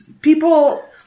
people